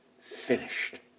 finished